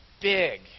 big